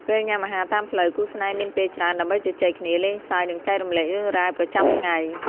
ពេលញ៉ាំអាហារតាមផ្លូវ គូស្នេហ៍មានពេលច្រើនដើម្បីជជែកគ្នា លេងសើច និងចែករំលែករឿងរ៉ាវប្រចាំថ្ងៃ។